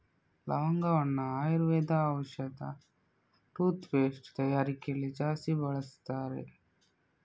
ಲವಂಗವನ್ನ ಆಯುರ್ವೇದ ಔಷಧ, toothpaste ತಯಾರಿಕೆಯಲ್ಲಿ ಜಾಸ್ತಿ ಬಳಸ್ತಾರೆ